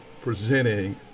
presenting